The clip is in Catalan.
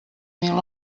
mil